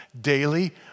daily